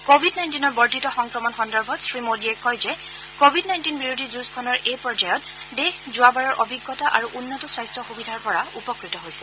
Covid নাইণ্টিনৰ বৰ্ধিত সংক্ৰমণ সন্দৰ্ভত শ্ৰীমোডীয়ে কয় যে কোভিড নাইণ্টিন বিৰোধী যুঁজখনৰ এই পৰ্যায়ত দেশ যোৱাবাৰৰ অভিজ্ঞতা আৰু উন্নত স্বাস্থ্য সুবিধাৰ পৰা উপকৃত হৈছে